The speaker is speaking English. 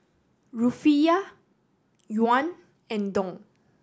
Rufiyaa Yuan and Dong